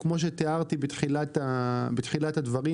כמו שתיארתי בתחילת הדברים,